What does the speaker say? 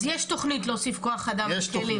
אז יש תכנית להוסיף כוח אדם וכלים.